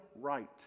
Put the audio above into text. right